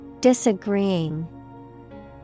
Disagreeing